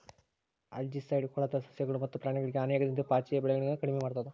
algicide ಕೊಳದ ಸಸ್ಯಗಳು ಮತ್ತು ಪ್ರಾಣಿಗಳಿಗೆ ಹಾನಿಯಾಗದಂತೆ ಪಾಚಿಯ ಬೆಳವಣಿಗೆನ ಕಡಿಮೆ ಮಾಡ್ತದ